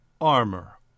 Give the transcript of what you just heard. armor